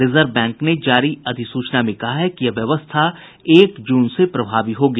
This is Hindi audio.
रिजर्व बैंक ने जारी एक अधिसूचना में कहा कि यह व्यवस्था एक जून से प्रभावी होगी